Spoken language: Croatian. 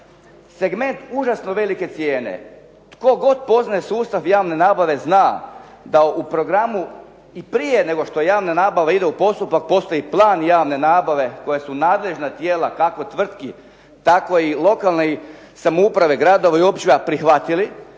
Segment užasno velike cijene. Tko god postaje sustav javne nabave zna da u programu i prije nego što javna nabava ide u postupak postoji plan javne nabave koje su nadležna tijela kako tvrtki tako i lokalne samouprave, gradova i općina prihvatili